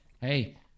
hey